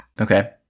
Okay